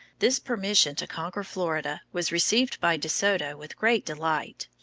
this permission to conquer florida was received by de soto with great delight.